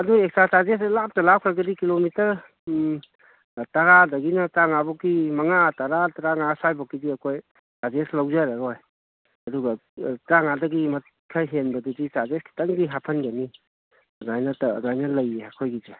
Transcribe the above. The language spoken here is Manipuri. ꯑꯗꯣ ꯑꯦꯛꯁꯇ꯭ꯔꯥ ꯆꯥꯔꯖꯦꯁꯁꯦ ꯂꯥꯞꯇ ꯂꯥꯞꯈ꯭ꯔꯒꯗꯤ ꯀꯤꯂꯣꯃꯤꯇꯔ ꯇꯔꯥꯗꯒꯤꯅ ꯇꯔꯥꯃꯉꯥꯕꯣꯛꯀꯤ ꯃꯉꯥ ꯇꯔꯥ ꯇꯔꯥꯃꯉꯥ ꯁ꯭ꯋꯥꯏꯕꯣꯛꯀꯤꯗꯤ ꯑꯩꯈꯣꯏ ꯆꯥꯔꯖꯦꯁ ꯂꯧꯖꯔꯔꯣꯏ ꯑꯗꯨꯒ ꯇꯔꯥꯃꯉꯥꯗꯒꯤ ꯈꯔ ꯍꯦꯟꯕꯗꯨꯗꯤ ꯆꯥꯔꯖꯦꯁ ꯈꯤꯇꯪꯗꯤ ꯍꯥꯐꯟꯒꯅꯤ ꯑꯗꯨꯃꯥꯏꯅ ꯂꯩꯌꯦ ꯑꯩꯈꯣꯏꯒꯤꯁꯦ